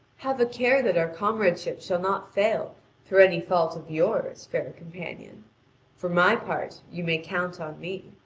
have a care that our comradeship shall not fail through any fault of yours, fair companion for my part, you may count on me.